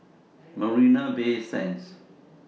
Marina Bay Sands